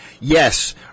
Yes